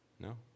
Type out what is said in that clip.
No